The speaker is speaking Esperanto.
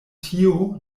tio